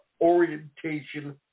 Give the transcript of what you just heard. orientation